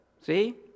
See